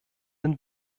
den